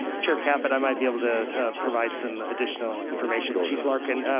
chair caput, i might be able to provide some additional information, chief larkin,